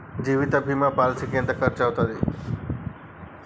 జీవిత బీమా పాలసీకి ఎంత ఖర్చయితది?